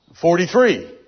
Forty-three